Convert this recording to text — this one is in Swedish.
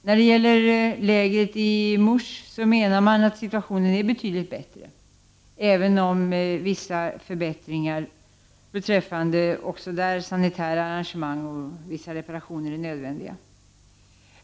När det gäller lägret i Mus menar man att situationen är betydligt bättre, även om vissa förbättringar också där beträffande sanitära arrangemang och vissa reparationer är nödvändiga.